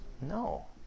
No